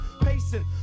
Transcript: pacing